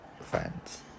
Friends